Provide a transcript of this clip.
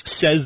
says